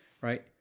right